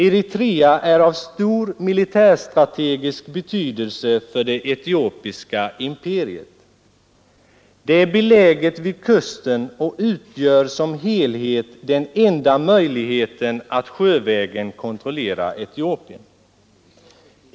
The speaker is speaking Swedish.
Eritrea är av stor militärstrategisk betydelse för det etiopiska imperiet. Det är beläget vid kusten och utgör som helhet den enda möjligheten att sjövägen kontrollera Etiopien. Det är beläget vid kusten och utgör som helhet den enda möjligheten att sjövägen kontrollera Etiopien.